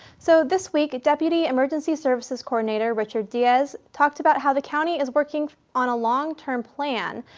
so this week deputy emergency services coordinator richard diaz talked about how the county is working on a longterm plan,